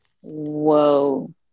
Whoa